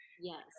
yes